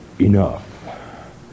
enough